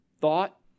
thought